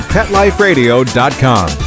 PetLifeRadio.com